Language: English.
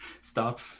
stop